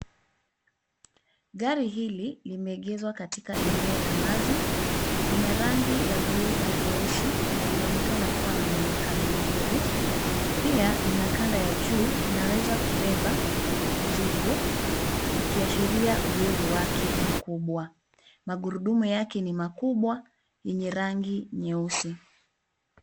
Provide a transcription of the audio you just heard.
Gari hili limeegezwa katika eneo la wazi. Lina rangi ya buluu na nyeusi na linaonekana kuwa na mwonekano mzuri. Pia lina kanda ya juu, inaweza kubeba mizigo ikiashiria uwezo wake mkubwa. Magurudumu yake ni makubwa yenye rangi nyeusi.